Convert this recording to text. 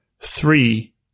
three